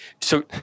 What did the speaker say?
So-